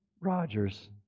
Rogers